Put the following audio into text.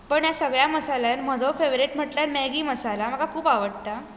पूण ह्या सगळ्या मसाळ्यांत म्हजो फेवरेट म्हणल्यार मॅगी मसाला म्हाका खूब आवडटा